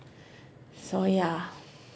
so yeah